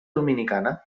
dominicana